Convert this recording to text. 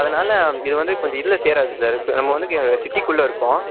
அதனால் இது வந்து கொஞ்சம் இல்லை சேராது சார் இப்போ நம்ம வந்து க சிட்டிக்குள்ளே இருக்கும்